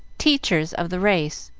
teachers, of the race,